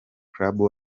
club